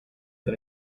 per